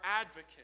advocate